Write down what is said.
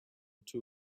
two